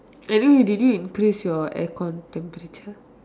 anyway did you increase your aircon temperature